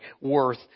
worth